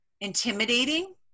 intimidating